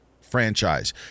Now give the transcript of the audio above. franchise